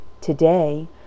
Today